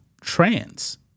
trans